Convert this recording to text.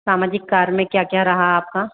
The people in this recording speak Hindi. सामाजिक कार्य में क्या क्या रहा आपका